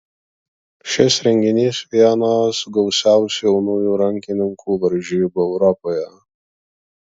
šis renginys vienos gausiausių jaunųjų rankininkų varžybų europoje